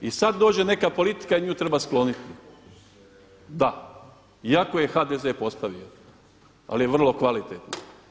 I sad dođe neka politika i nju treba skloniti. … [[Upadica iz klupe, ne razumije se.]] Da, iako je HDZ postavio ali je vrlo kvalitetna.